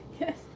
Yes